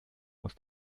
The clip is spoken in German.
aus